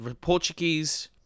Portuguese